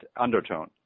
Undertone